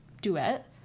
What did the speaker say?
duet